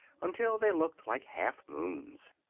until they looked like half-moons.